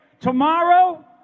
Tomorrow